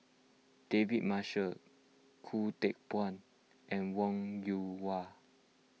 David Marshall Khoo Teck Puat and Wong Yoon Wah